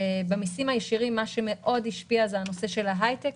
במסים הישירים מה שהשפיע מאוד זה ההייטק,